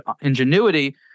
ingenuity